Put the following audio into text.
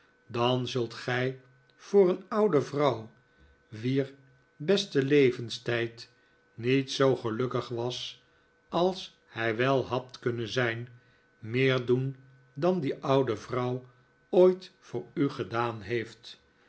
dan zult gij voor een oude vrouw wier beste levenstijd niet zoo gelukkig was als hij wel had kunnen zijn meer doen dan die oude vroiiw ooit voor u gedaan heeft